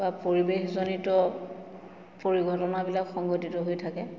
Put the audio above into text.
বা পৰিৱেশজনিত পৰিঘটনাবিলাক সংঘটিত হৈ থাকে